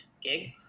gig